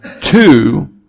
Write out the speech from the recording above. two